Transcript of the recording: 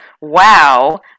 wow